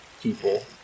people